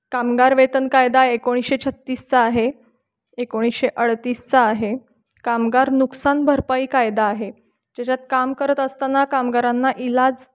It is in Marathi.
कामगार वेतन कायदा एकोणीसशे छत्तीसचा आहे एकोणीसशे अडतीसचा आहे कामगार नुकसान भरपाई कायदा आहे ज्याच्यात काम करत असताना कामगारांना इलाज